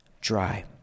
Dry